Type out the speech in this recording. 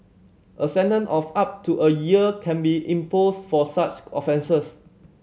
a sentence of up to a year can be imposed for such offences